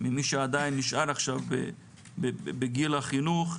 למי שעדיין נשאר עכשיו בגיל החינוך.